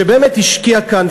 שבאמת השקיע כאן,